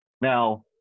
Now